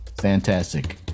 Fantastic